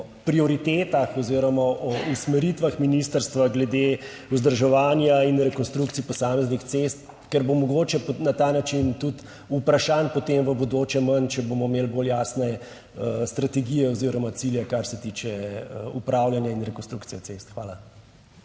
o prioritetah oziroma o usmeritvah ministrstva glede vzdrževanja in rekonstrukcij posameznih cest, ker bo mogoče na ta način tudi vprašanj potem v bodoče manj, če bomo imeli bolj jasne strategije oziroma cilje, kar se tiče upravljanja in rekonstrukcije cest. Hvala.